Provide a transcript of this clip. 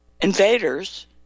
invaders